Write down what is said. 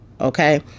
okay